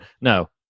No